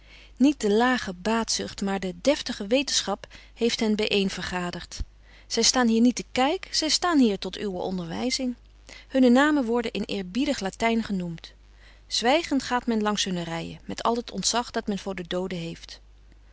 niet de lage baatzucht maar de deftige wetenschap heeft hen bijeenvergaderd zij staan hier niet te kijk zij staan hier tot uwe onderwijzing hunne namen worden in eerbiedig latijn genoemd zwijgend gaat men langs hunne rijen met al het ontzag dat men voor de dooden heeft